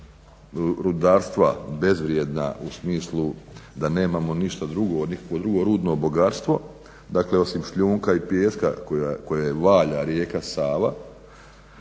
rudarstva bezvrijedna u smislu da nemamo ništa drugo, nikakvo drugo rudno bogatstvo dakle osim šljunka i pijeska koji valja rijeka Sava,